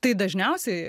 tai dažniausiai